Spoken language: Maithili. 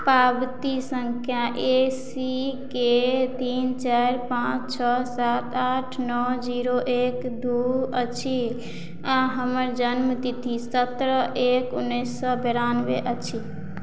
पावती सङ्ख्या ए सी के तीन चारि पाँच छओ सात आठ नओ जीरो एक दू अछि आ हमर जन्म तिथि सत्रह एक उन्नैस सए बेरानबे अछि